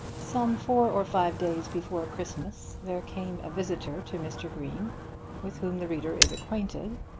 some four or five days before christmas there came a visitor to mr. green with whom the reader is acquainted,